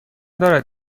دارد